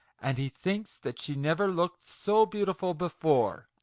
and he thinks that she never looked so beautiful before!